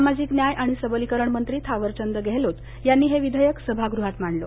सामाजिक न्याय आणि सबलीकरण मंत्री थावरचंद गेहलोत यांनी हे विधेयक सभागृहात मांडलं